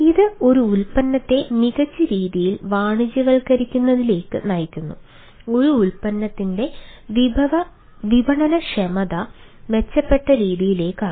ഇത് ഒരു ഉൽപ്പന്നത്തെ മികച്ച രീതിയിൽ വാണിജ്യവത്ക്കരിക്കുന്നതിലേക്ക് നയിക്കുന്നു ഒരു ഉൽപ്പന്നത്തിന്റെ വിപണനക്ഷമത മെച്ചപ്പെട്ട രീതിയിലേക്കാണ്